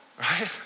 right